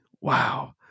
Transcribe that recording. Wow